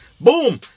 boom